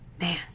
Man